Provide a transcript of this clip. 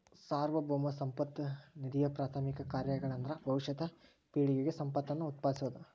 ಸಾರ್ವಭೌಮ ಸಂಪತ್ತ ನಿಧಿಯಪ್ರಾಥಮಿಕ ಕಾರ್ಯಗಳಂದ್ರ ಭವಿಷ್ಯದ ಪೇಳಿಗೆಗೆ ಸಂಪತ್ತನ್ನ ಉತ್ಪಾದಿಸೋದ